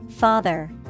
father